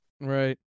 Right